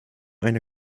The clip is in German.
eine